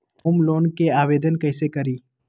Home loan के आवेदन कैसे करि?